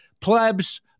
plebs